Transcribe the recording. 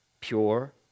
pure